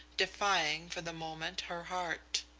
defying for the moment her heart.